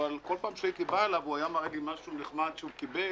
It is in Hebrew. אבל בכל פעם שהייתי בא אליו הוא היה מראה לי משהו נחמד שהוא קיבל.